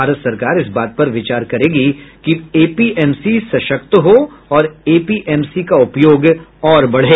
भारत सरकार इस बात पर विचार करेगी कि एपीएमसी सशक्त हो और एपीएमसी का उपयोग और बढ़े